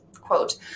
quote